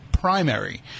primary